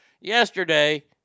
yesterday